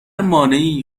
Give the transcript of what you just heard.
مانعی